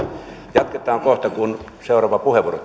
jatketaan kohta kun seuraava puheenvuoro